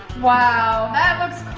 wow, that looks